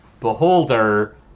beholder